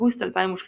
אוגוסט 2013